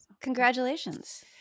Congratulations